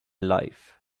life